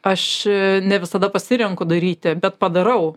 aš ne visada pasirenku daryti bet padarau